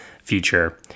feature